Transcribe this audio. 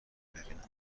ببینم